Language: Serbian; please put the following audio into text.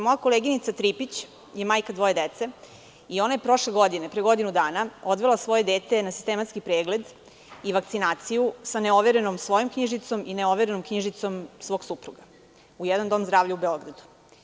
Moja koleginica Tripić je majka dvoje dece i ona je pre godinu dana odvela svoje dete na sistematski pregled i vakcinaciju sa neoverenom svojom knjižicom i neoverenom knjižicom svog supruga u jedan dom zdravlja u Beogradu.